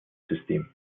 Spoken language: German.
system